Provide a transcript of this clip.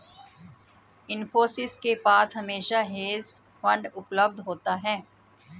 इन्फोसिस के पास हमेशा हेज फंड उपलब्ध होता है